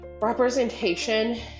representation